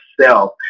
self